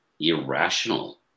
irrational